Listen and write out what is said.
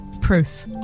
Proof